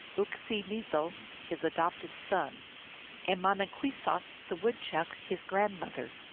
uk-see-meezel, his adopted son and monin kwessos, the woodchuck, his grandmother.